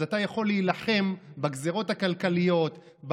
אז אתה יכול להילחם בגזרות הכלכליות,